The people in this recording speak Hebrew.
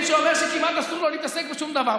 שאומר שכמעט אסור לו להתעסק בשום דבר.